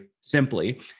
simply